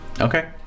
Okay